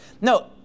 No